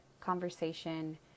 conversation